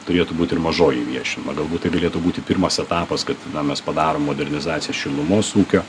turėtų būt ir mažoji viešinama galbūt tai galėtų būti pirmas etapas kad na mes padarom modernizaciją šilumos ūkio